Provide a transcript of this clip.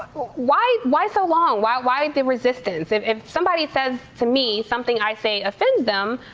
why why so long? why why the resistance? if if somebody says to me something i say offends them,